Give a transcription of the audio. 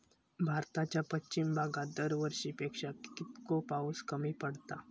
भारताच्या पश्चिम भागात दरवर्षी पेक्षा कीतको पाऊस कमी पडता?